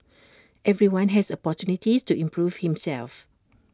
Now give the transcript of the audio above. everyone has opportunities to improve himself